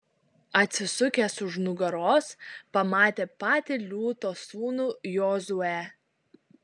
atsisukęs už nugaros pamatė patį liūto sūnų jozuę